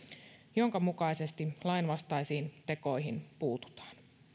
jonka mukaisesti lainvastaisiin tekoihin puututaan